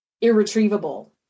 irretrievable